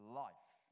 life